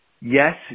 yes